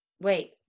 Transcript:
wait